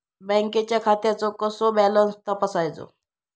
बँकेच्या खात्याचो कसो बॅलन्स तपासायचो?